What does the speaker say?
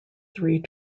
three